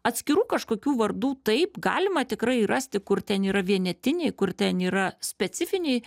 atskirų kažkokių vardų taip galima tikrai rasti kur ten yra vienetiniai kur ten yra specifiniai